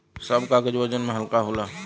सब कागज वजन में हल्का होला